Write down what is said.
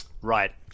Right